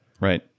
right